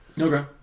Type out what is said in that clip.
Okay